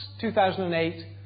2008